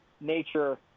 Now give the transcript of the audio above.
nature